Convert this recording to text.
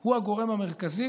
הוא הגורם המרכזי,